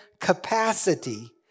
capacity